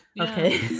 Okay